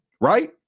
Right